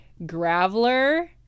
Graveler